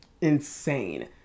insane